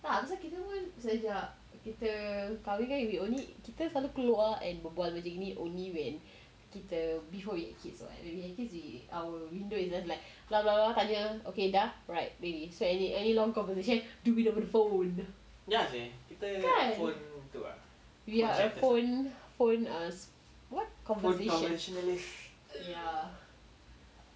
tak pasal kita pun sejak kita kahwin kan we only kita selalu keluar and berbual macam ini only when kita the before with kids are really easy our window is just like tanya okay dah alright any long conversation do it with a phone kan we are a phone phone ah what conversation ya